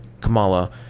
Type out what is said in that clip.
Kamala